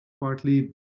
partly